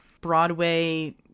Broadway